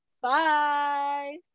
Bye